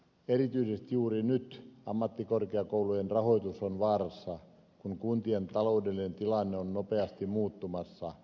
erityisesti juuri nyt ammattikorkeakoulujen rahoitus on vaarassa kun kuntien taloudellinen tilanne on nopeasti muuttumassa